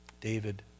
David